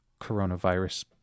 coronavirus